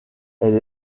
elle